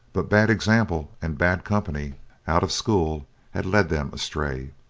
but bad example and bad company out of school had led them astray.